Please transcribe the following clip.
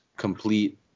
complete